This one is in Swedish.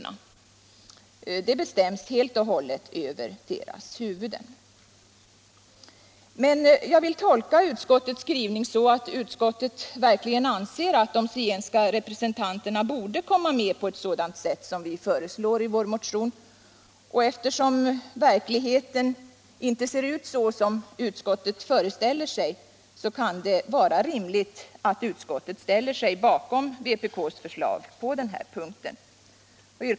Allt bestäms helt och hållet över deras huvuden. Men jag vill tolka utskottets skrivning så, att utskottet verkligen anser att de zigenska representanterna borde komma med på ett sådant sätt som vi föreslår i vår motion, och eftersom verkligheten inte ser ut så som utskottet föreställer sig, kan det vara rimligt att utskottet ställer sig bakom vpk:s förslag på den här punkten.